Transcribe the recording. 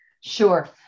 Sure